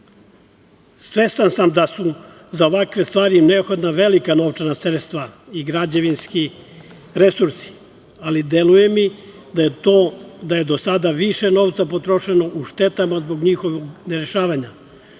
tačku? Svestan sam da su za ovakve stvari neophodno velika novčana sredstva i građevinski resursi, ali deluje mi da je do sada više novca potrošeno u štetama zbog njihovog ne rešavanja